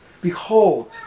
Behold